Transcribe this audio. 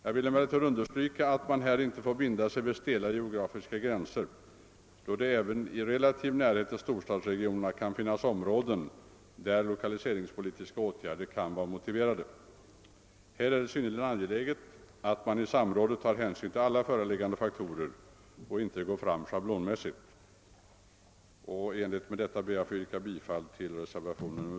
Jag vill emellertid understryka att man här inte får binda sig vid stela geografiska gränser, då det även i relativ närhet till storstadsregionerna kan finnas områden, där lokaliseringspolitiska åtgärder kan vara motiverade. Här är det synnerligen angeläget att man i samrådet tar hänsyn till alla föreliggande faktorer och inte går fram schablonmässigt. I enlighet med detta ber jag att få yrka bifall till reservationen 4.